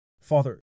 Father